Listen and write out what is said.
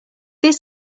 this